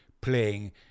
playing